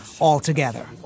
altogether